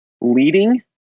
leading